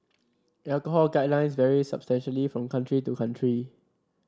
alcohol guidelines vary substantially from country to country